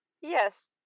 Yes